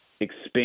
expand